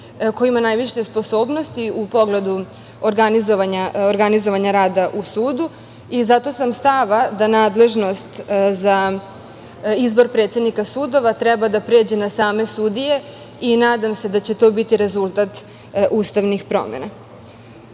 ko ima najviše sposobnosti u pogledu organizovanja rada u sudu. Zato sam stava da nadležnost za izbor predsednika sudova treba da pređe na same sudije i nadam se da će to biti rezultat ustavnih promena. Svakako,